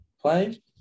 play